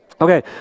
Okay